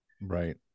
Right